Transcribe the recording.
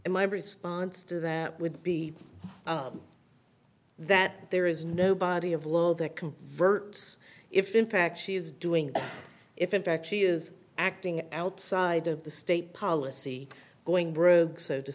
and my response to that would be that there is no body of law that converts if in fact she is doing if in fact she is acting outside of the state policy going broke so to